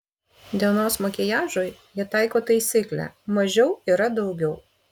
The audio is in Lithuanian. dienos makiažui ji taiko taisyklę mažiau yra daugiau